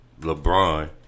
LeBron